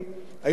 לנציבות,